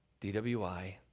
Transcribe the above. dwi